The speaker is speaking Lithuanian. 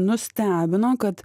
nustebino kad